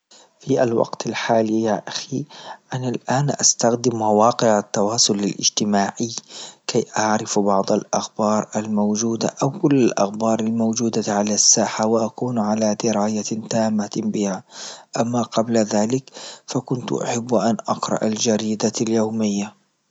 في الوقت الحالي يا أخي أنا الآن أستخدم مواقع التواصل الاجتماعي كي أعرف بعض أخبار الموجودة أول أخبار الموجودة على الساحة وأكون على دراية تامة بها، أما قبل ذلك فكنت أحب أن أقرأ الجريدة اليومية.